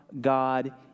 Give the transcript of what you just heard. God